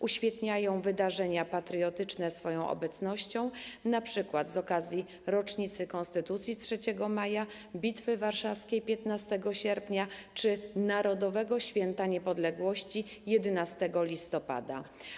Uświetniają wydarzenia patriotyczne swoją obecnością, np. z okazji rocznicy Konstytucji 3 maja, Bitwy Warszawskiej 15 sierpnia czy Narodowego Święta Niepodległości 11 listopada.